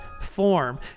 form